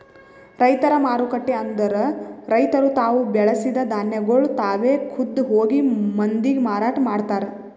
ರೈತರ ಮಾರುಕಟ್ಟೆ ಅಂದುರ್ ರೈತುರ್ ತಾವು ಬೆಳಸಿದ್ ಧಾನ್ಯಗೊಳ್ ತಾವೆ ಖುದ್ದ್ ಹೋಗಿ ಮಂದಿಗ್ ಮಾರಾಟ ಮಾಡ್ತಾರ್